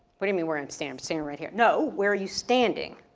what do you mean where i'm stand, standing right here. no, where are you standing.